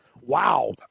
Wow